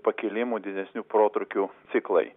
pakilimų didesnių protrūkių ciklai